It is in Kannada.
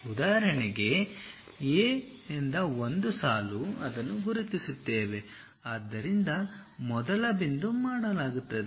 ಉದಾಹರಣೆಗೆ A 1 ಸಾಲು ಅದನ್ನು ಗುರುತಿಸುತ್ತೇವೆ ಆದ್ದರಿಂದ ಮೊದಲ ಬಿಂದು ಮಾಡಲಾಗುತ್ತದೆ